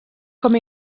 com